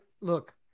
look